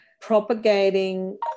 propagating